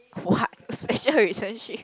what special relationship